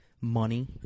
money